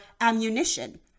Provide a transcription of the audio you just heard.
ammunition